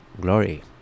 glory